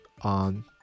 on